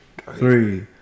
three